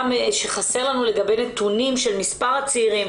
שחסר לנו לגבי נתונים של מספר הצעירים,